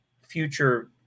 future